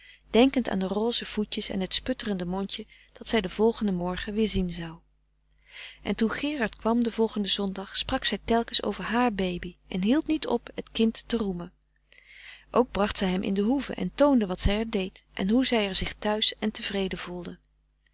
denkend aan de rose voetjes en het sputterende mondje dat zij den volgenden morgen weer zien zou en toen gerard kwam den volgenden zondag sprak zij telkens over haar baby en hield niet op het kind frederik van eeden van de koele meren des doods te roemen ook bracht zij hem in de hoeve en toonde wat zij er deed en hoe zij er zich thuis en tevreden voelde